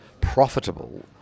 profitable